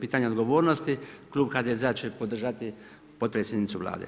pitanja odgovornosti, Klub HDZ-a će podržati potpredsjednicu Vlade.